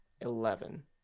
Eleven